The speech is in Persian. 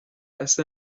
اصلا